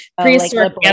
prehistoric